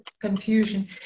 confusion